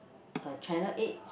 at channel eight